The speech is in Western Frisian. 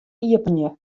iepenje